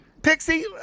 Pixie